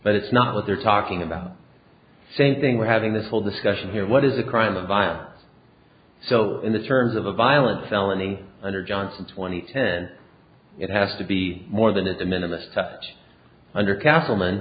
but it's not what they're talking about the same thing we're having this whole discussion here what is the crime of violence so in the terms of a violent felony under johnson twenty ten it has to be more than at the minimum stuffed under castleman